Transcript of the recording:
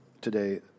today